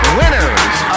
winners